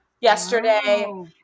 yesterday